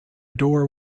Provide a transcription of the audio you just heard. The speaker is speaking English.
door